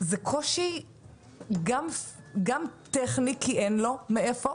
זה קושי גם טכני כי אין לו מאיפה.